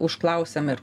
užklausiam ir